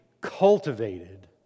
cultivated